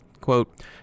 Quote